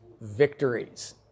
victories